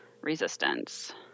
resistance